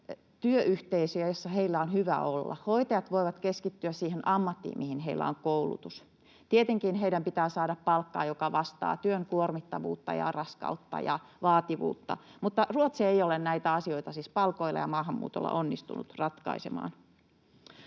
työyhteisöjä, joissa heillä on hyvä olla, hoitajat voivat keskittyä siihen ammattiin, mihin heillä on koulutus. Tietenkin heidän pitää saada palkkaa, joka vastaa työn kuormittavuutta ja raskautta ja vaativuutta. Mutta Ruotsi ei ole näitä asioita siis palkoilla ja maahanmuutolla onnistunut ratkaisemaan.